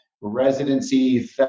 residency